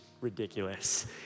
ridiculous